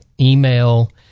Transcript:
email